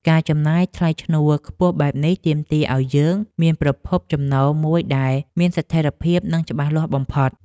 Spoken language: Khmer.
ការចំណាយថ្លៃឈ្នួលខ្ពស់បែបនេះទាមទារឱ្យយើងមានប្រភពចំណូលមួយដែលមានស្ថិរភាពនិងច្បាស់លាស់បំផុត។